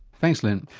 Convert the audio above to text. thanks, lynne.